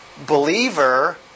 believer